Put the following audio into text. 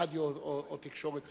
רדיו או תקשורת ציבורית.